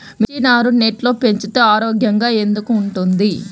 మిర్చి నారు నెట్లో పెంచితే ఆరోగ్యంగా ఎందుకు ఉంటుంది?